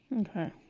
Okay